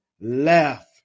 left